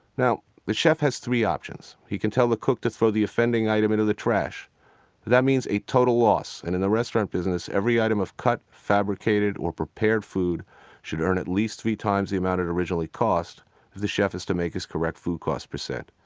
now, the chef has three options. he can tell the cook to throw the offending item into the trash, but that means a total loss, and in the restaurant business every item of cut, fabricated, or prepared food should earn at least three times the amount it originally cost if the chef is to make his correct food-cost percentage.